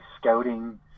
scouting